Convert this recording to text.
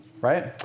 right